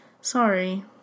sorry